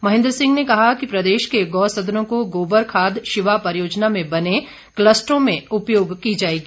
महेन्द्र सिंह ने कहा कि प्रदेश के गौ सदनो की गोबर खाद शिवा परियोजना में बने कलस्टरों में उपयोग की जाएगी